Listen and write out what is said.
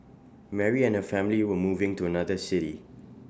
Mary and her family were moving to another city